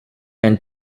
been